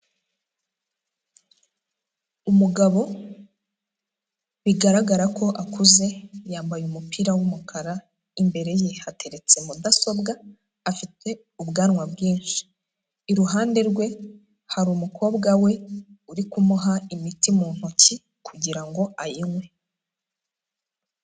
Umugabo bigaragara ko akuze, yambaye umupira w'umukara, imbere ye hateretse mudasobwa afite ubwanwa bwinshi, iruhande rwe hari umukobwa we uri kumuha imiti mu ntoki kugira ngo ayinywe.